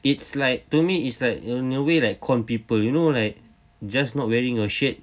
it's like to me it's like you in a way you con people you know like just not wearing a shirt